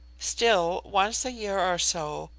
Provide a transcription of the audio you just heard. still, once a-year or so,